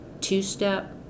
two-step